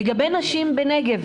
לגבי הנשים בנגב